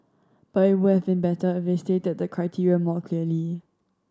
but it would have been better if they stated the criteria more clearly